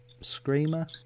screamer